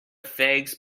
figs